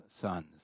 sons